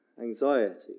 anxiety